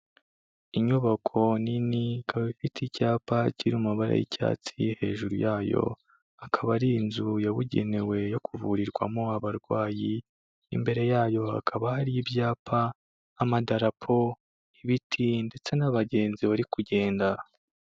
Inyubako nini ikaba ifite icyapa kiri mu mabara y'icyatsi hejuru yayo akaba ari inzu yabugenewe yo kuvurirwamo abarwayi, imbere yayo hakaba hari ibyapa, amadarapo, ibiti ndetse n'abagenzi bari kugenda.